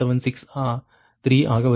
9763 ஆக வருகிறது